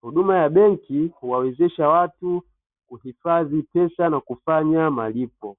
huduma ya benki kuwawezesha watu kuhifadhi pesa na kufanya malipo.